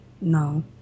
No